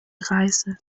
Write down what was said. reise